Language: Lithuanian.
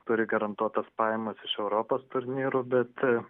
turi garantuotos pajamos iš europos turnyrų bet